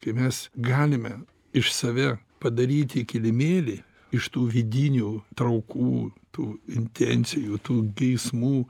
kai mes galime iš save padaryti kilimėlį iš tų vidinių traukų tų intencijų tų geismų